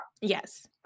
Yes